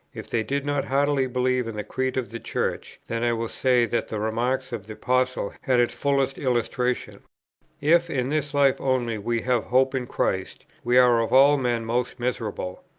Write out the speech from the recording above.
if they did not heartily believe in the creed of the church, then i will say that the remark of the apostle had its fullest illustration if in this life only we have hope in christ, we are of all men most miserable.